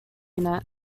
unit